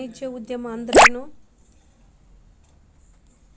ವಾಣಿಜ್ಯೊದ್ಯಮಾ ಅಂದ್ರೇನು?